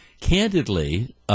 candidly –